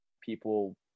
people